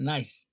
Nice